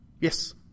Yes